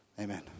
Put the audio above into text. Amen